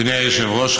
אדוני היושב-ראש,